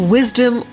Wisdom